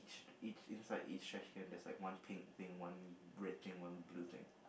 each inside each trashcan there's like one pink thing one red thing one blue thing